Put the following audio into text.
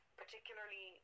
particularly